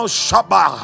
shaba